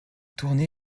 tournez